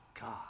God